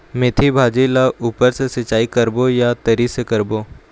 मेंथी भाजी ला ऊपर से सिचाई करबो या तरी से करबो?